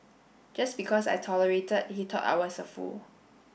just because I tolerated he thought I was a fool